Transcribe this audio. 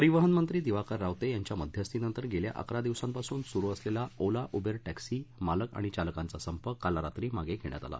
परिवहन मंत्री दिवाकर रावते यांच्या मध्यस्थीनंतर गेल्या अकरा दिवसांपासून सुरु असलेला ओला उबेर टॅक्सी मालक आणि चालकांचा संप काल रात्री मागे घेण्यात आला